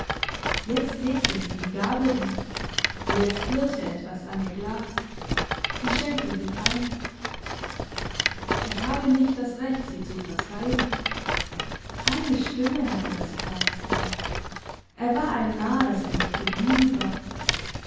jetzt legte sie die gabel hin jetzt klirrte etwas an ihr glas sie schenkte sich ein ich habe nicht das recht sie zu vertreiben eine stimme hatte das frauenzimmer er war ein narr dass er nicht geblieben war